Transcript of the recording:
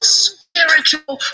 spiritual